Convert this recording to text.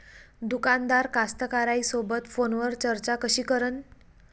दुकानदार कास्तकाराइसोबत फोनवर चर्चा कशी करन?